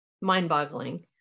mind-boggling